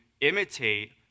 imitate